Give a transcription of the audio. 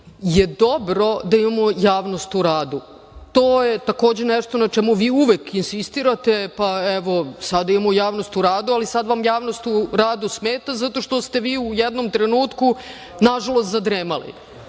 je dobro da imamo javnost u radu. To je takođe nešto na čemu vi uvek insistirate, pa evo sad imamo javnost u radu, ali sad vam javnost u radu smeta zato što ste vi u jednom trenutku, nažalost, zadremali.